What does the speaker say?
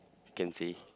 can say